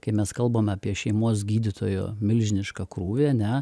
kai mes kalbam apie šeimos gydytojų milžinišką krūvį ane